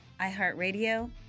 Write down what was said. iHeartRadio